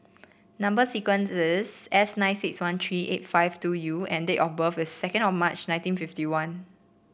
number sequence is S nine six one three eight five two U and date of birth is second of March nineteen fifty one